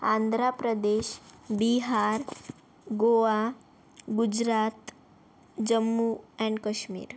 Andhra Pradesh Bihar Goa Gujarat Jammu and Kashmir